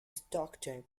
stockton